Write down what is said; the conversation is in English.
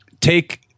take